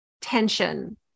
tension